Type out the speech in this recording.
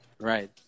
Right